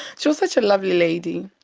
she was such a lovely lady.